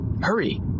Hurry